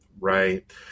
Right